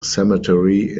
cemetery